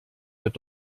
wird